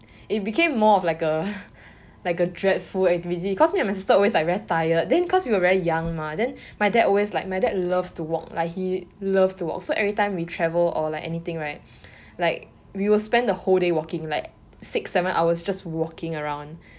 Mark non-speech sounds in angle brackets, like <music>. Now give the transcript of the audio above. it became more of like a <laughs> like a dreadful activity because me and my sister always like very tired then because we are very young mah then my dad always like my dad loves to walk like he loves to walk so every time we travel or like anything right like we will spend the whole day walking like six seven hours just walking around